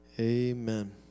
Amen